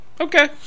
Okay